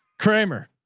kramer.